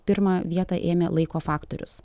pirmą vietą ėmė laiko faktorius